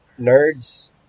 nerds